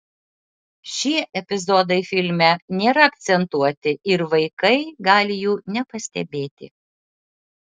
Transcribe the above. šie epizodai filme nėra akcentuoti ir vaikai gali jų nepastebėti